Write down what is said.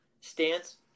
stance